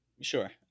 Sure